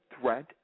threat